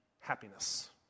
happiness